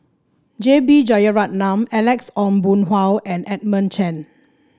J B Jeyaretnam Alex Ong Boon Hau and Edmund Cheng